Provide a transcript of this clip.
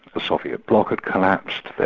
the soviet bloc had collapsed,